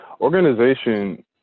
organization